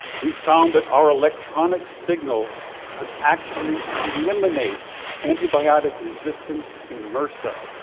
we found that our electronic signals could actually eliminate antibiotic resistance in mrsa.